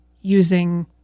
using